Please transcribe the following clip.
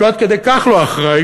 שעד כדי כך לא אחראי,